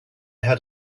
had